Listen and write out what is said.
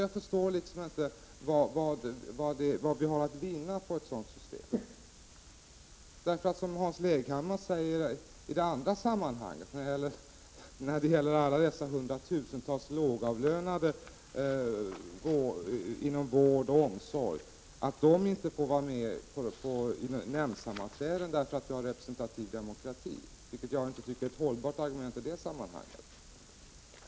Jag förstår inte vad vi har att vinna på ett sådant system. Hans Leghammar menar när det gäller alla de hundratusentals lågavlönade som finns inom vården och omsorgen att dessa inte skall få vara med på nämndsammanträden, eftersom vi har en representativ demokrati. Jag tycker inte att detta är ett hållbart argument i det sammanhanget.